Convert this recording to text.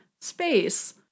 space